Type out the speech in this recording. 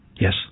Yes